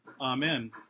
Amen